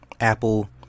Apple